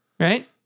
Right